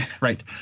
Right